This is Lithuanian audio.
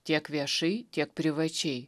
tiek viešai tiek privačiai